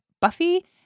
Buffy